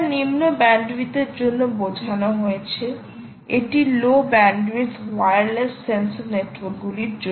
এটা নিম্ন ব্যান্ডউইথের জন্য বোঝানো হয়েছে এটি লো ব্যান্ডউইথ ওয়্যারলেস সেন্সর নেটওয়ার্কগুলির জন্য